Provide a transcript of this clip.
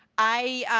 i